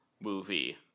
movie